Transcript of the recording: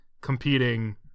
competing